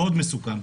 מאוד מסוכן.